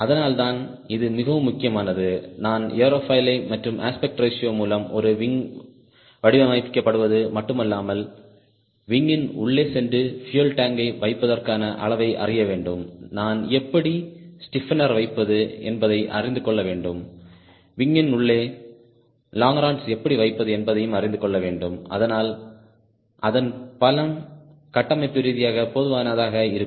அதனால்தான் இது மிகவும் முக்கியமானது நான் ஏரோஃபாயில் மற்றும் அஸ்பெக்ட் ரேஷியோ மூலம் ஒரு விங் வடிவமைக்கப்படுவது மட்டுமல்லாமல் விங்யின் உள்ளே சென்று பியூயல் டாங்க் யை வைப்பதற்கான அளவை அறிய வேண்டும் நான் எப்படி ஸ்டிஃபெனர் வைப்பது என்பதை அறிந்து கொள்ள வேண்டும் விங்யின் உள்ளே லோங்கிரான்ஸ் எப்படி வைப்பது என்பதையும் அறிந்து கொள்ள வேண்டும் அதனால் அதன் பலம் கட்டமைப்பு ரீதியாக போதுமானதாக இருக்கும்